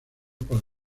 con